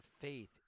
faith